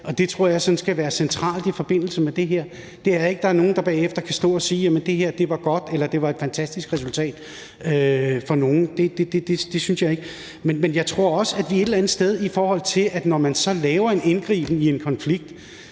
og det tror jeg skal være centralt i forbindelse med det her. Der er ikke nogen, der bagefter kan stå og sige, at det her var godt, eller at det var et fantastisk resultat for nogen. Det synes jeg ikke. Men jeg tror også, at der et eller andet sted, når vi laver et indgreb i en konflikt,